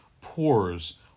pores